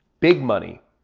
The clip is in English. big money,